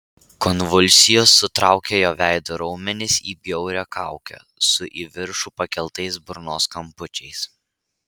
konvulsijos sutraukė jo veido raumenis į bjaurią kaukę su į viršų pakeltais burnos kampučiais